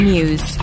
News